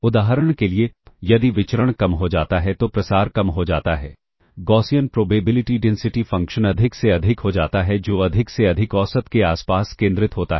उदाहरण के लिए यदि विचरण कम हो जाता है तो प्रसार कम हो जाता है गॉसियन प्रोबेबिलिटी डेंसिटी फ़ंक्शन अधिक से अधिक हो जाता है जो अधिक से अधिक औसत के आसपास केंद्रित होता है